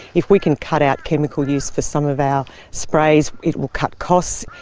if we can cut out chemical use for some of our sprays, it will cut costs.